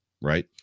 right